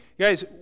Guys